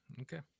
Okay